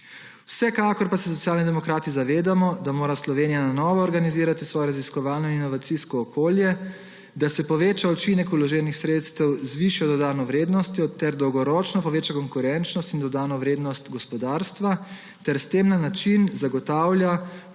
Vsekakor pa se Socialni demokrati zavedamo, da mora Slovenija na novo organizirati svojo raziskovalno in inovacijsko okolje, da se poveča učinek vloženih sredstev z višjo dodano vrednostjo ter dolgoročno poveča konkurenčnost in dodano vrednost gospodarstva ter s tem na ta način zagotavlja